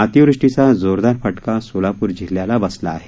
अतिवृष्टीचा जोरदार फटका सोलापूर जिल्ह्याला बसला आहे